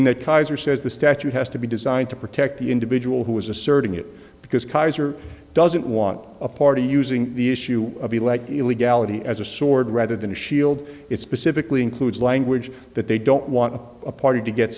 kaiser says the statute has to be designed to protect the individual who is asserting it because kaiser doesn't want a party using the issue of the leg illegality as a sword rather than a shield it specifically includes language that they don't want a party to get